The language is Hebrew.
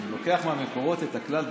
אני לוקח מהמקורות את הכלל,